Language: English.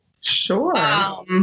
Sure